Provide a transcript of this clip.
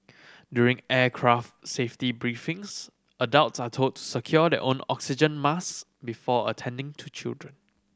during aircraft safety briefings adults are told to secure their own oxygen mask before attending to children